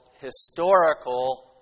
historical